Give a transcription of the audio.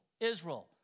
Israel